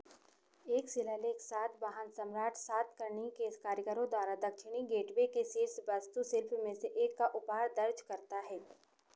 एक शिलालेख सातवाहन सम्राट सातकर्णी के कारीगरों द्वारा दक्षिणी गेटवे के शीर्ष वास्तुशिल्प में से एक का उपहार दर्ज करता है